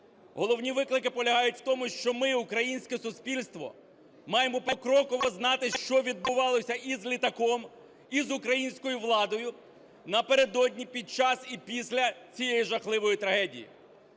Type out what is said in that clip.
Головні виклики полягають в тому, що ми, українське суспільство, маємо покроково знати, що відбувалося і з літаком, і з українською владою напередодні, під час і після цієї жахливої трагедії.